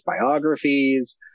biographies